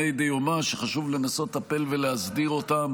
דיומא, שחשוב לנסות לטפל ולהסדיר אותם.